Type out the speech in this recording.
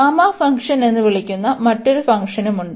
gamma function എന്ന് വിളിക്കുന്ന മറ്റൊരു ഫംഗ്ഷനുമുണ്ട്